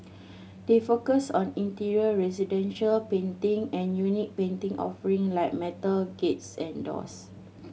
they focus on interior residential painting and unique painting offering like metal gates and doors